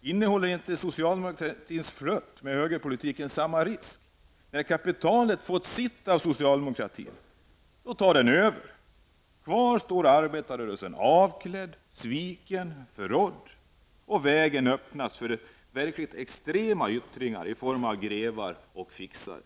Innehåller inte socialdemokratins flört med högerpolitiken samma risk? När kapitalet har fått sitt av socialdemokratin tar man över. Kvar står arbetarrörelsen avklädd, sviken och förrådd. Vägen öppnas för verkligt extrema yttringar i form av grevar och fixare.